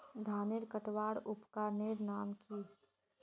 धानेर कटवार उपकरनेर नाम की?